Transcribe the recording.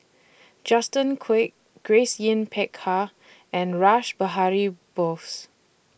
Justin Quek Grace Yin Peck Ha and Rash Behari Bose